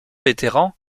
vétérans